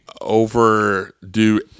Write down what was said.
overdo